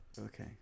Okay